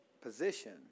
position